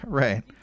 right